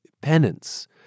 penance